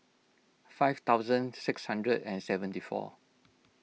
five thousand six hundred and seventy four